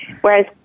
Whereas